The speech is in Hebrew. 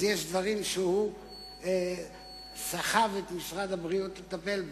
דברים שהוא "סחב" את משרד הבריאות לטפל בהם.